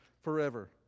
forever